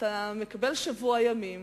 מקבל שבוע ימים